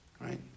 Right